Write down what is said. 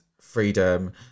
freedom